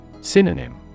Synonym